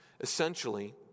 Essentially